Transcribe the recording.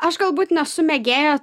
aš galbūt nesu mėgėja